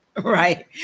Right